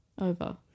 over